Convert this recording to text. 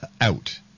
out